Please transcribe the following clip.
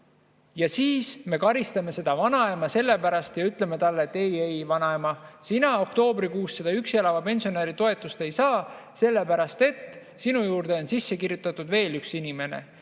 Ja siis me karistame seda vanaema selle pärast ja ütleme talle, et ei-ei, vanaema, sina oktoobrikuus seda üksi elava pensionäri toetust ei saa, sellepärast et sinu juurde on sisse kirjutatud veel üks inimene.